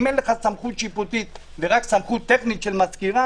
אם אין לך סמכות שיפוטית ורק סמכות טכנית של מזכירה,